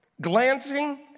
glancing